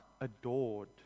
adored